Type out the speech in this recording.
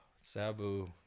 Sabu